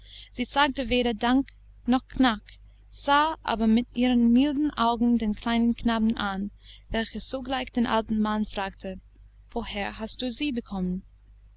sie sagte weder dank noch knack sah aber mit ihren milden augen den kleinen knaben an welcher sogleich den alten mann fragte woher hast du sie bekommen